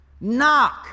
knock